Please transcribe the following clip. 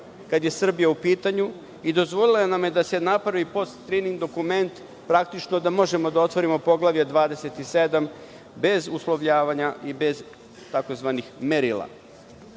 kada je Srbija u pitanju. Naime, dozvolila nam je da se napravi postskrining dokument, praktično, da možemo da otvorimo Poglavlje 27, bez uslovljavanja i bez tzv. merila. Šta